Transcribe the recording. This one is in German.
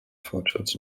fortschritts